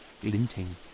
glinting